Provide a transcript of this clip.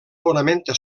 fonamenta